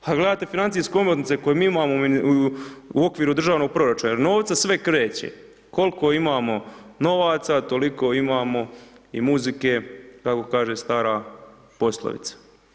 Pa gledate financijske omotnice koje mi imamo u okviru državnog proračuna, jer od novca sve kreće, koliko imamo novaca toliko imamo i muzike tako kaže stara poslovica.